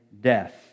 death